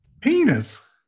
penis